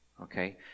Okay